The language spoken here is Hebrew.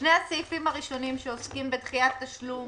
שני הסעיפים הראשונים שעוסקים בדחיית תשלום